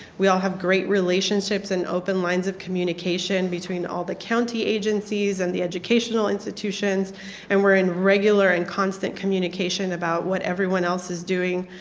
we all of great relationships and open lines of communication between all the county agencies and the educational institutions and we are in regular and constant communication about what everyone else is doing.